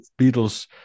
Beatles